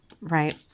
right